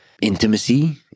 intimacy